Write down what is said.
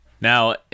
now